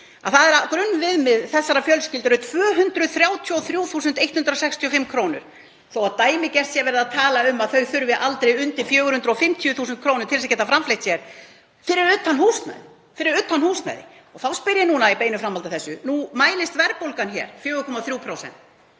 — að grunnviðmið þessarar fjölskyldu eru 233.165 kr. þó að dæmigert sé verið að tala um að þau þurfi aldrei undir 450.000 kr. til að geta framfleytt sér, fyrir utan húsnæði. Þá spyr ég núna í beinu framhaldi af þessu: Nú mælist verðbólgan hér 4,3%.